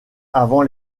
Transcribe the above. avant